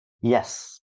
yes